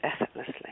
effortlessly